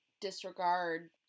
disregard